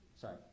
sorry